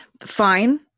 fine